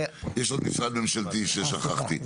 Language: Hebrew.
יש עוד משרד ממשלתי ששכחתי,